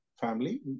family